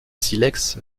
silex